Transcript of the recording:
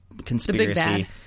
Conspiracy